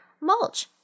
mulch